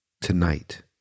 tonight